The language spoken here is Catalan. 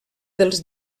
dels